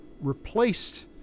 replaced